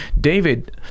David